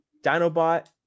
dinobot